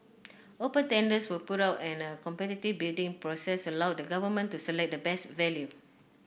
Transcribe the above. open tenders were put out and a competitive bidding process allowed the Government to select the best value